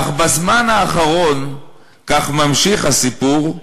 / אך בזמן האחרון, כך ממשיך הסיפור,